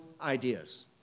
ideas